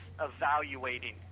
evaluating